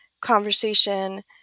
conversation